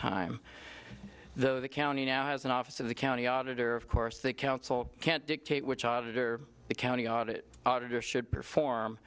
time though the county now has an office of the county auditor of course the council can't dictate which auditor the county audit auditor should perform